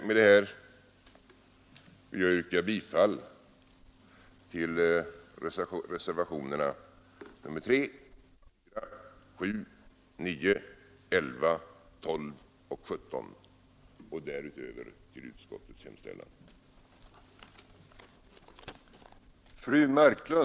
Med de här orden vill jag yrka bifall till reservationerna 3,4, 7,9, 11, 12 och 17 och därutöver till utskottets hemställan.